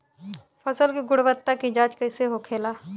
फसल की गुणवत्ता की जांच कैसे होखेला?